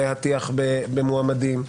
להטיח במועמדים,